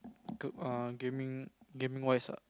to err gaming game wise